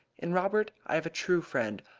in robert i have a true friend.